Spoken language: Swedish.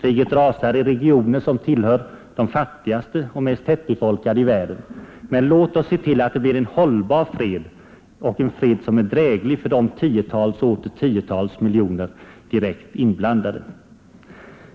Kriget rasar i regioner som tillhör de fattigaste och mest tättbefolkade i världen. Men låt oss se till att det blir en hållbar fred, och en fred som är dräglig för de tiotals och åter tiotals miljoner direkt inblandade!